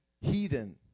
heathen